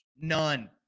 None